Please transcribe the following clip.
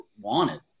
wanted